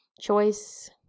choice